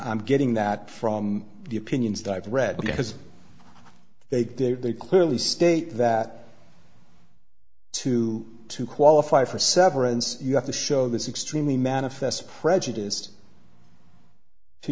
i'm getting that from the opinions that i've read because they did they clearly state that to to qualify for severance you have to show this extremely manifest prejudiced to